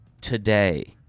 today